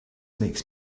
makes